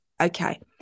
Okay